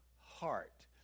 heart